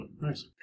Nice